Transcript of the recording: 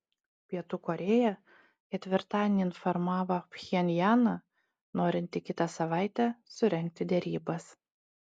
pietų korėja ketvirtadienį informavo pchenjaną norinti kitą savaitę surengti derybas